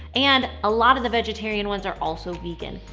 and a lot of the vegetarian ones are also vegan.